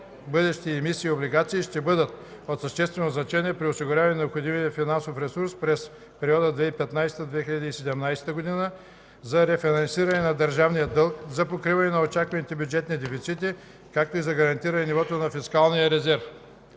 бъдещи емисии облигации, ще бъдат от съществено значение при осигуряване на необходимия финансов ресурс през периода 2015-2017 г. за рефинансиране на държавния дълг, за покриване на очакваните бюджетни дефицити, както и за гарантиране нивото на фискалния резерв.